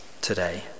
today